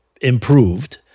improved